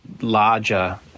larger